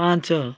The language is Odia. ପାଞ୍ଚ